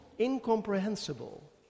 incomprehensible